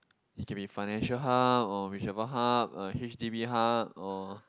it can be financial hub or whatever hub or H_D_B hub or